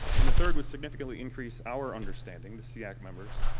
and the third was significantly increase our understanding, the seac members,